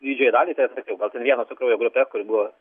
didžiąją dalį tai atsakiau gal ten vieną su kraujo grupe kur buvo